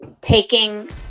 taking